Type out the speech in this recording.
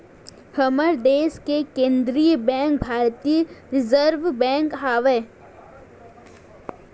हमर देस के केंद्रीय बेंक भारतीय रिर्जव बेंक आवय